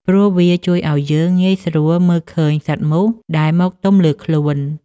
ព្រោះវាជួយឱ្យយើងងាយស្រួលមើលឃើញសត្វមូសដែលមកទុំលើខ្លួន។